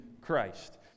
Christ